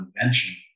invention